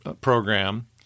program